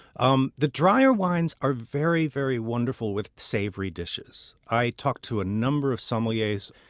um the drier wines are very, very wonderful with savory dishes. i talked to a number of sommeliers,